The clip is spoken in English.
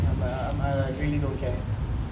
I'm I uh I really don't care